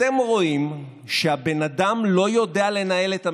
אתם רואים שהבן אדם לא יודע לנהל את המדינה,